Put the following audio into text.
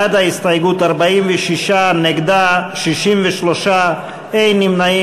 בעד ההסתייגות, 46, נגד, 63, אין נמנעים.